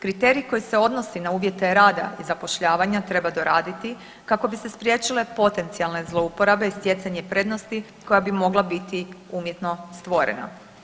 Kriterij koji se odnosi na uvjete rada i zapošljavanja treba doraditi kako bi se spriječile potencijalne zlouporabe i stjecanje prednosti koja bi mogla biti umjetno stvorena.